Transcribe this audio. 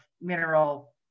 mineral